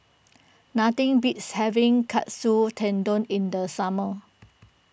nothing beats having Katsu Tendon in the summer